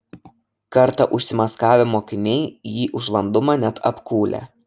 kartą užsimaskavę mokiniai jį už landumą net apkūlę